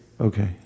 Okay